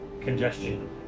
congestion